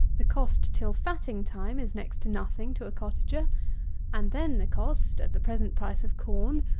the cost till fatting time is next to nothing to a cottager and then the cost, at the present price of corn,